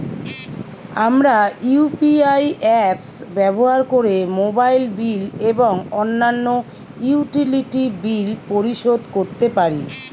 আমরা UPI apps ব্যবহার করে মোবাইল বিল এবং অন্যান্য ইউটিলিটি বিল পরিশোধ করতে পারি